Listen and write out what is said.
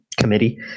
committee